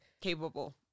Capable